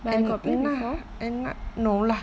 but I got play before